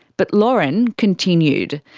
but lauren continued.